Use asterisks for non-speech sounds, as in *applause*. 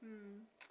hmm *noise*